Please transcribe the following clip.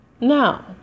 Now